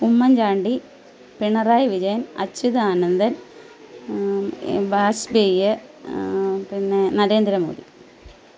ഉമ്മൻചാണ്ടി പിണറായി വിജയൻ അച്യുതാനന്ദൻ വാജ്പേയ് പിന്നെ നരേന്ദ്രമോദി